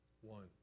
One